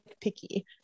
picky